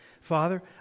Father